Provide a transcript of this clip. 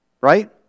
Right